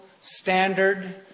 standard